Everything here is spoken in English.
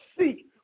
seek